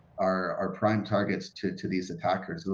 are prime targets to to these attackers. and